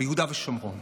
ביהודה ושומרון.